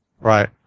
Right